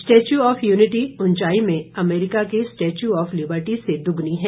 statue of unity ऊंचाई में अमरीका के स्टेच्यू ऑफ लिबर्टी से दोगुनी है